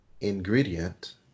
ingredient